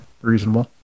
Reasonable